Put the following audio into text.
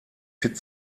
fit